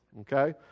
Okay